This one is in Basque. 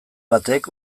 batek